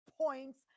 points